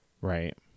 right